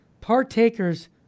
partakers